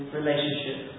relationship